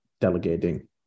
delegating